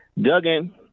Duggan